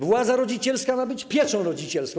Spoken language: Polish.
Władza rodzicielska ma być pieczą rodzicielską.